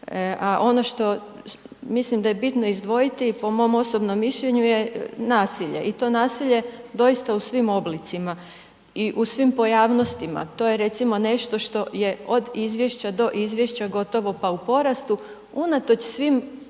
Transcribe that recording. a ono što mislim da je bitno izdvojiti, po mom osobnom mišljenju je nasilje. I to nasilje doista u svim oblicima i u svim pojavnostima. To je recimo, nešto što je od izvješća do izvješća gotovo pa u porastu, unatoč svim našim